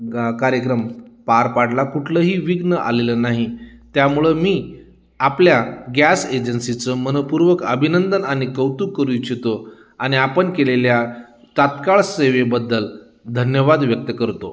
गा कार्यक्रम पार पाडला कुठलंही विघ्न आलेलं नाही त्यामुळं मी आपल्या गॅस एजन्सीचं मन पूर्वक अभिनंदन आणि कौतुक करू इच्छितो आणि आपण केलेल्या तात्काळ सेवेबद्दल धन्यवाद व्यक्त करतो